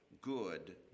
good